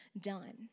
done